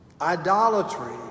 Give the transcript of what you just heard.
Idolatry